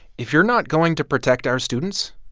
if you're not going to protect our students,